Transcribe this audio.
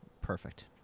perfect